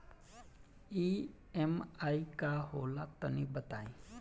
EMI का होला तनि बताई?